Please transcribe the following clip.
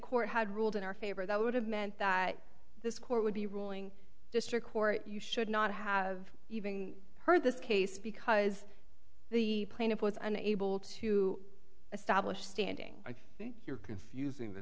court had ruled in our favor that would have meant that this court would be ruling district court you should not have even heard of this case because the plaintiff was unable to establish standing i think you're confusing the